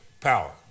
power